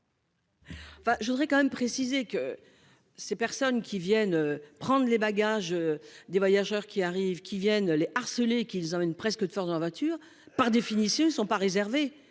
je voudrais quand même préciser que. Ces personnes qui viennent prendre les bagages. Des voyageurs qui arrivent, qui viennent les harceler qu'ils emmènent presque de force dans la voiture, par définition, ils ne sont pas réservés